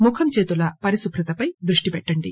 ముఖం చేతుల శుభ్రతపై దృష్టి పెట్టండి